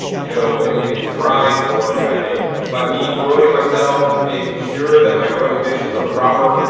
you know, in it's dried form. and i think by me growing it myself, making sure that my growing conditions are proper,